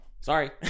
sorry